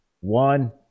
one